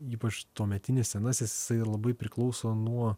ypač tuometinis senasis jisai labai priklauso nuo